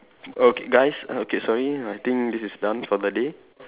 ok guys okay sorry I think this is done for the day